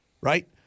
right